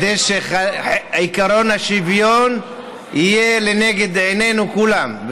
כדי שעקרון השוויון יהיה לנגד עינינו כולם,